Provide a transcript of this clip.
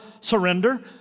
surrender